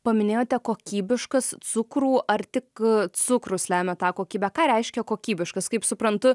paminėjote kokybiškas cukrų ar tik cukrus lemia tą kokybę ką reiškia kokybiškas kaip suprantu